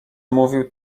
mówił